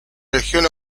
región